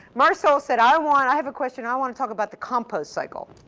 marceau said, i want, i have a question, i wanna talk about the compost cycle.